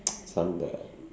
some the